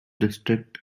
districts